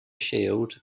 shield